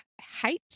height